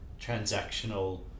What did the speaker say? transactional